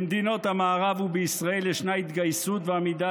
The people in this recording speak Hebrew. במדינות המערב ובישראל יש התגייסות ועמידה